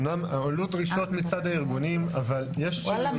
אמנם הועלו דרישות מצד הארגונים --- וואלה,